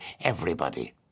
Everybody